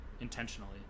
intentionally